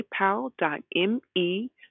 PayPal.me